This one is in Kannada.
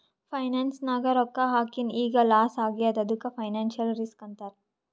ಫೈನಾನ್ಸ್ ನಾಗ್ ರೊಕ್ಕಾ ಹಾಕಿನ್ ಈಗ್ ಲಾಸ್ ಆಗ್ಯಾದ್ ಅದ್ದುಕ್ ಫೈನಾನ್ಸಿಯಲ್ ರಿಸ್ಕ್ ಅಂತಾರ್